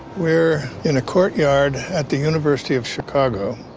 we're in a courtyard at the university of chicago.